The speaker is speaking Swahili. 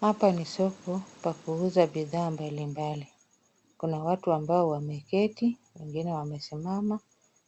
Hapa ni soko pa kuuza bidhaa mbalimbali. Kuna watu ambao wameketi na wengine wamesimama,